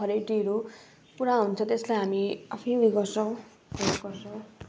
खडेरीहरू पुरा हुन्छ त्यसलाई हामी आफै उयो गर्छौँ हेल्प गर्छौँ